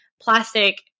plastic